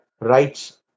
rights